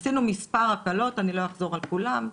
עשינו מספר הקלות אחזור על כולן.